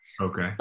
Okay